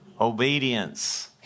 Obedience